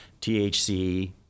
THC